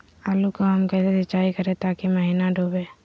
आलू को हम कैसे सिंचाई करे ताकी महिना डूबे?